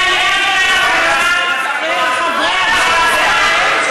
זה היה בהסכמה של חברי הוועדה.